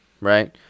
Right